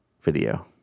video